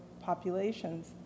populations